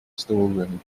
storeroom